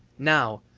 now,